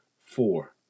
four